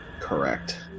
Correct